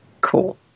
Cool